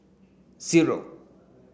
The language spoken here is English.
zero